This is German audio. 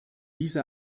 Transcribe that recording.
diese